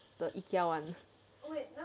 the ikea one